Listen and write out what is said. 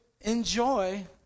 enjoy